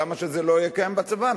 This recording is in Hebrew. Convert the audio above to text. למה שזה לא יהיה קיים בצבא?